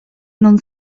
non